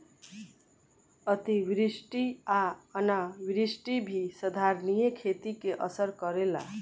अतिवृष्टि आ अनावृष्टि भी संधारनीय खेती के असर करेला